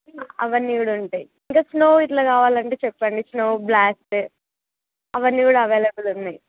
అవన్నీ కూడా ఉంటాయి ఇంకా స్నో ఇట్లా కావాలంటే చెప్పండి స్నో బ్లాస్ట్ అవన్నీ కూడా అవైలబుల్ ఉన్నాయ్